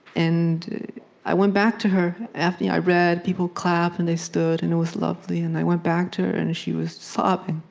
and i went back to her after i read, people clapped, and they stood, and it was lovely and i went back to her, and she was sobbing.